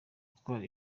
gutwara